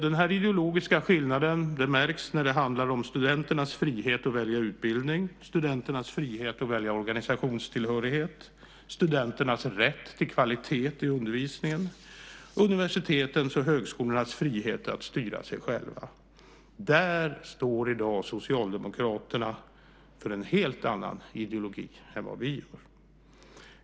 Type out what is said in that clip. Den här ideologiska skillnaden märks när det handlar om studenternas frihet att välja utbildning, studenternas frihet att välja organisationstillhörighet, studenternas rätt till kvalitet i undervisningen samt universitetens och högskolornas frihet att styra sig själva. Där står i dag Socialdemokraterna för en helt annan ideologi än vad vi gör.